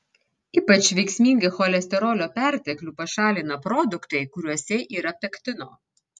ypač veiksmingai cholesterolio perteklių pašalina produktai kuriuose yra pektino